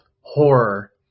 horror